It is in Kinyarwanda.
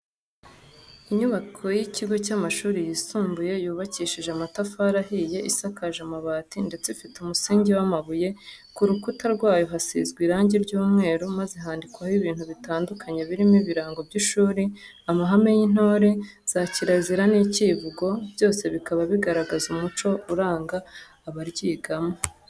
Inyubako y'ikigo cy'amashuri yisumbuye yubakishije amatafari ahiye, isakaje amabati, ndetse ifite umusingi w'amabuye, ku rukuta rwayo hasizwe irangi ry'umweru maze handikwaho ibintu bitandukanye birimo ibirango by'ishuri, amahame y'intore, za kirazira n'icyivugo, byose bikaba bigaragaza umuco uranga abaryigamo.